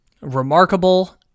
remarkable